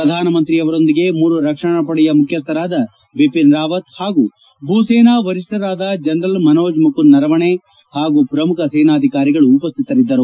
ಪ್ರಧಾನಮಂತ್ರಿಯವರೊಂದಿಗೆ ಮೂರು ರಕ್ಷಣಾಪಡೆಯ ಮುಖ್ಯಸ್ತರಾದ ಬಿಟಿನ್ ರಾವತ್ ಹಾಗೂ ಭೂ ಸೇನಾ ವರಿಷ್ಠರಾದ ಜನರಲ್ ಮನೋಜ್ ಮುಕುಂದ್ ನರವಣೆ ಹಾಗೂ ಪ್ರಮುಖ ಸೇನಾಧಿಕಾರಿಗಳು ಉಪಸ್ಥಿತರಿದ್ದರು